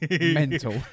Mental